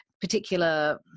particular